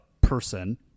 person